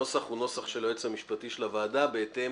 הנוסח הוא נוסח של היועץ המשפטי של הוועדה בהתאם